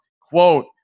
Quote